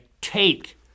take